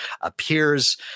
appears